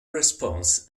response